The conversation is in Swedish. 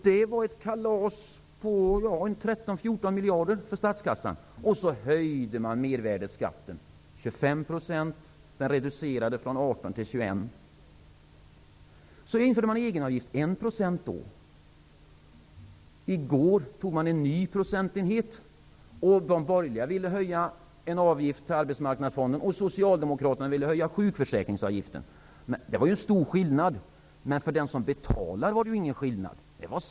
Det var ett kalas på 13--14 miljarder för statskassan. Man höjde mervärdesskatten till 25 % och den reducerade mervärdesskatten från 18 till 21 %. Man införde egenavgift på 1 %. I går antog man förslag om en ny procentsats. De borgerliga ville höja avgiften till Arbetsmarknadsfonden och Socialdemokraterna ville höja sjukförsäkringsavgiften. Det var stor skillnad. Men för den som betalar var det ingen skillnad.